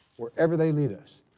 wherever they lead us,